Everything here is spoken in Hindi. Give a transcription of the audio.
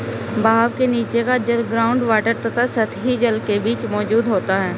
बहाव के नीचे का जल ग्राउंड वॉटर तथा सतही जल के बीच मौजूद होता है